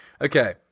Okay